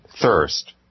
thirst